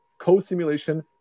co-simulation